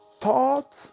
Thought